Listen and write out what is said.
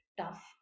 tough